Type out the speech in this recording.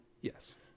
Yes